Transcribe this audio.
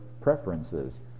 preferences